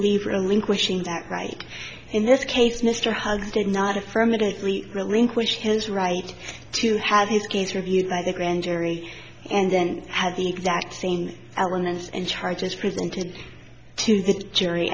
leaves relinquishing that right in this case mr hugs did not affirmatively relinquish his right to have his gaze reviewed by the grand jury and then had the exact same elena's and charges presented to the jury